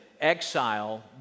exile